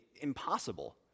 impossible